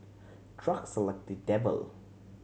drugs are like the devil